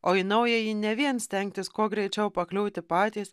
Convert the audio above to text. o į naująjį ne vien stengtis kuo greičiau pakliūti patys